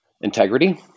integrity